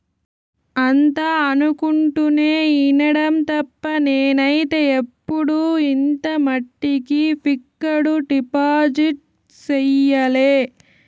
అంతా అనుకుంటుంటే ఇనడం తప్ప నేనైతే ఎప్పుడు ఇంత మట్టికి ఫిక్కడు డిపాజిట్ సెయ్యలే